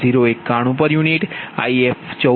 u If14 j2